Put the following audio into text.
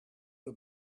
you